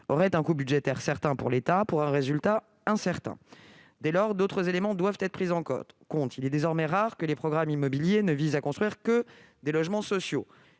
aurait un coût budgétaire certain pour l'État, pour un résultat incertain. Dès lors, d'autres éléments doivent être pris en compte. Il est désormais rare que les programmes immobiliers ne visent à construire que des logements sociaux.